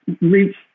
reach